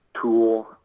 tool